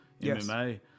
MMA